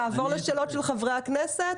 נעבור לשאלות של חברי הכנסת,